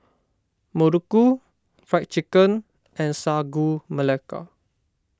Muruku Fried Chicken and Sagu Melaka